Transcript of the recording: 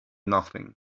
nothing